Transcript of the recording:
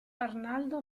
arnaldo